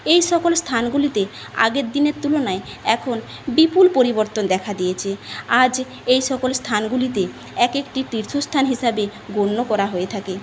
এই সকল স্থানগুলিতে আগের দিনের তুলনায় এখন বিপুল পরিবর্তন দেখা দিয়েছে আজ এই সকল স্থানগুলিতে এক একটি তীর্থস্থান হিসাবে গণ্য করা হয়ে থাকে